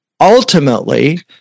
ultimately